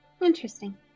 Interesting